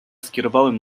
skierowałem